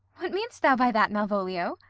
what mean'st thou by that, malvolio?